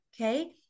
okay